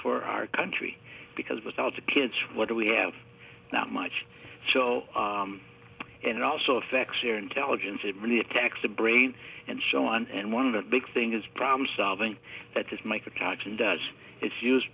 for our country because without the kids what do we have that much so and it also affects their intelligence it really attacks the brain and so on and one of the big thing is problem solving that does make attacks and it's use